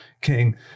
King